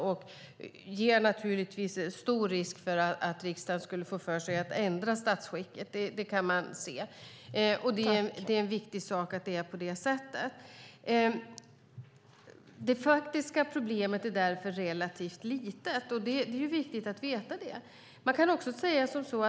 Och det skulle naturligtvis innebära stor risk att riksdagen skulle få för sig att ändra statsskicket. Det kan man se. Och det är en viktig sak att det är på det sättet. Det faktiska problemet är därför relativt litet. Det är viktigt att veta det.